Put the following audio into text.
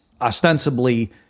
ostensibly